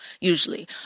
usually